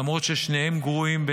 למרות ששניהם גרועים,